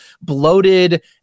bloated